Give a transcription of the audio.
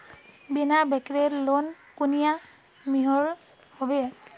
बिना बैंकेर लोन कुनियाँ मिलोहो होबे?